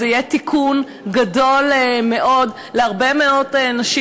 "זה יהיה תיקון גדול מאוד להרבה מאוד נשים